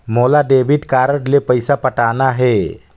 मोला debit card ले पइसा पटाना हे?